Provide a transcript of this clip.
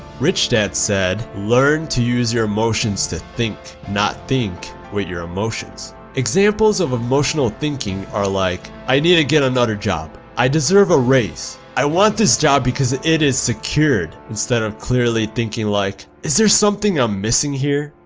rich dad said learn to use your emotions to think not think with your emotions examples of emotional thinking are like i need to get another job! i deserve a raise! i want this job because it it is secured! instead of clearly thinking like is there something i'm missing here?